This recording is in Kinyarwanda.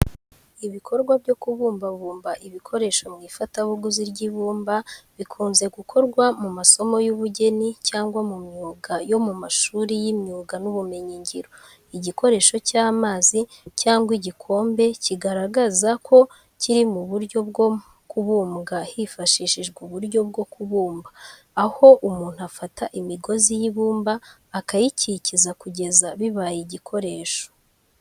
Ibikorwa byo kubumbabumba ibikoresho mu ifatabuguzi ry’ibumba, bikunze gukorwa mu masomo y’ubugeni cyangwa mu myuga yo mu mashuri y’imyuga n’ubumenyingiro. Igikoresho cy’amazi cyangwa igikombe kigaragaza ko kiri mu buryo bwo kubumbwa hifashishijwe uburyo bwo kubumba, aho umuntu afata imigozi y’ibumba akayikikiza kugeza bibaye igikoresho.